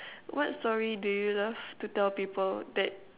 what story do you love to tell people that